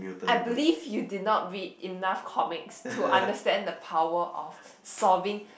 I believe you did not read enough comics to understand the power of